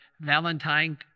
Valentine